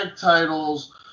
titles